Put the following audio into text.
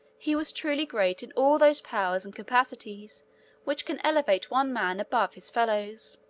he was truly great in all those powers and capacities which can elevate one man above his fellows.